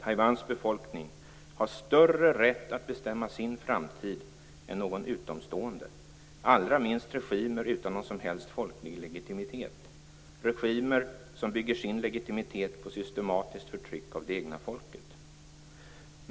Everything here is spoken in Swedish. Taiwans befolkning har större rätt att bestämma sin framtid än någon utomstående - allra minst regimer utan någon som helst folklig legitimitet, regimer som bygger sin legitimitet på systematiskt förtryck av det egna folket.